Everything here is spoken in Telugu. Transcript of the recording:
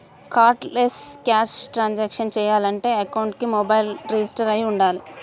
కార్డ్లెస్ క్యాష్ ట్రాన్సాక్షన్స్ చెయ్యాలంటే అకౌంట్కి మొబైల్ రిజిస్టర్ అయ్యి వుండాలి